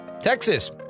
Texas